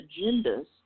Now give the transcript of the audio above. agendas